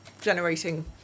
generating